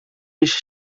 nicht